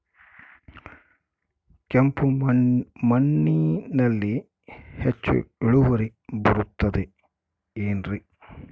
ಕೆಂಪು ಮಣ್ಣಲ್ಲಿ ಹೆಚ್ಚು ಇಳುವರಿ ಬರುತ್ತದೆ ಏನ್ರಿ?